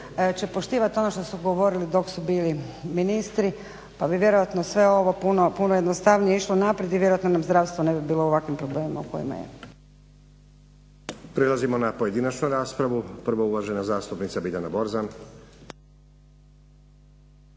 će poštivati ono što su govorili dok su bili ministri, pa bi vjerojatno sve ovo puno, puno jednostavnije išlo naprijed i vjerojatno nam zdravstvo ne bi bilo u ovakvim problemima u kojima je. **Stazić, Nenad (SDP)** Prelazimo na pojedinačnu raspravu. Prvo uvažena zastupnica Biljana Borzan.